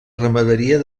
ramaderia